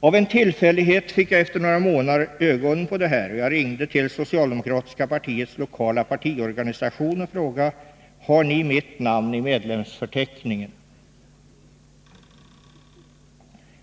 Av en tillfällighet fick jag efter några månader ögonen på det här och ringde till socialdemokratiska partiets lokala partiorganisation och frågade om man där hade mitt namn i medlemsförteckningen?